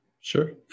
Sure